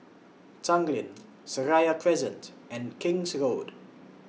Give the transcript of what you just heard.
Tanglin Seraya Crescent and King's Road